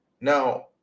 Now